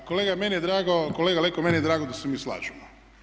Pa kolega meni je drago, kolega Leko meni je drago da se mi slažemo.